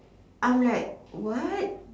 I'm like what